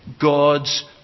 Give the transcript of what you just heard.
God's